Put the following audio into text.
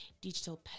digital